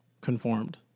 conformed